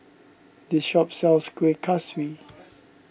this shop sells Kueh Kaswi